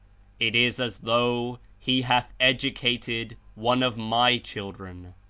it is as though he hath educated one of my children.